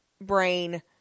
brain